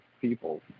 people